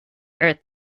earth